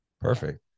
Perfect